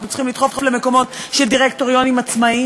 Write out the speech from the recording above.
אנחנו צריכים לדחוף למקומות של דירקטוריונים עצמאים,